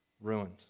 ruined